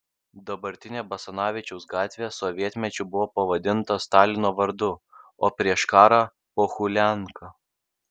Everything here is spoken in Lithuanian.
dabartinė basanavičiaus gatvė sovietmečiu buvo pavadinta stalino vardu o prieš karą pohulianka